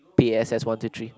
p_a_s_s one two three